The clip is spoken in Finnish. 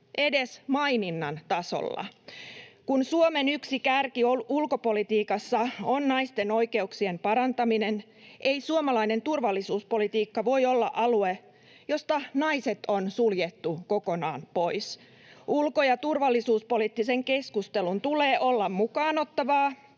edes maininnan tasolla. Kun Suomen yksi kärki ulkopolitiikassa on naisten oikeuksien parantaminen, ei suomalainen turvallisuuspolitiikka voi olla alue, josta naiset on suljettu kokonaan pois. Ulko- ja turvallisuuspoliittisen keskustelun tulee olla mukaan ottavaa